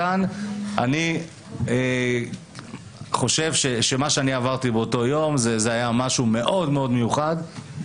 אני חושב שמה שאני עברתי באותו יום היה משהו מאוד מאוד מיוחד.